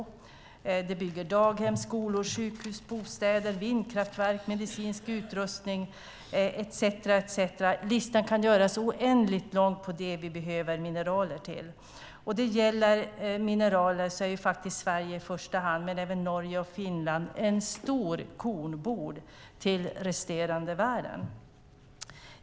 Mineraler bygger daghem, skolor, sjukhus, bostäder, vindkraftverk, medicinsk utrustning etcetera. Listan kan göras oändligt lång över det vi behöver mineraler till. När det gäller mineraler är Sverige i första hand men även Norge och Finland en stor kornbod för resten av världen.